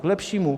K lepšímu.